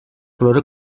plora